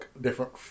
different